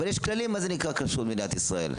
אבל יש כללים מה זה נקרא כשרות במדינת ישראל.